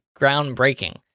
groundbreaking